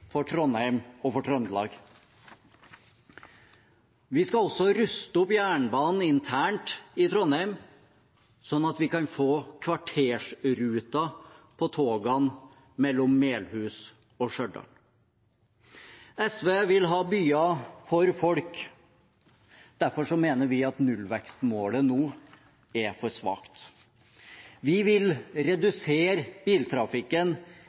også ruste opp jernbanen internt i Trondheim, slik at vi kan få kvartersruter på togene mellom Melhus og Stjørdal. SV vil ha byer for folk. Derfor mener vi at nullvekstmålet nå er for svakt. Vi vil redusere biltrafikken